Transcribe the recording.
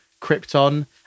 Krypton